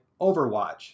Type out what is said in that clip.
Overwatch